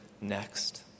next